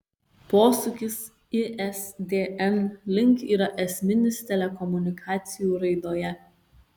posūkis isdn link yra esminis telekomunikacijų raidoje